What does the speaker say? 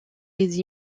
les